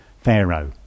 Pharaoh